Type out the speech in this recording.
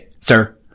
sir